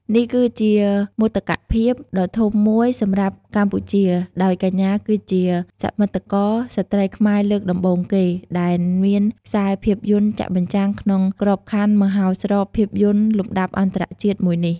នេះគឺជាមោទកភាពដ៏ធំមួយសម្រាប់កម្ពុជា ដោយកញ្ញាគឺជា សមិទ្ធករស្រ្តីខ្មែរលើកដំបូងគេ ដែលមានខ្សែភាពយន្តចាក់បញ្ចាំងក្នុងក្របខ័ណ្ឌមហោស្រពភាពយន្តលំដាប់អន្តរជាតិមួយនេះ។